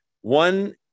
One